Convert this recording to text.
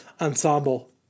ensemble